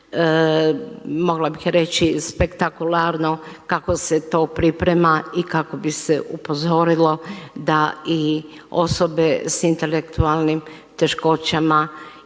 mogla bih reći spektakularno kako se to priprema i kako bi se upozorilo da i osobe s intelektualnim teškoćama